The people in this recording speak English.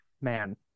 man